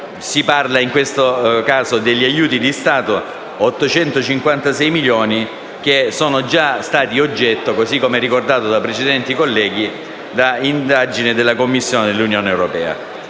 Si parla in questo caso degli aiuti di Stato: 856 milioni che sono già stati oggetto, come ricordato da precedenti colleghi, di indagine da parte della Commissione dell'Unione europea.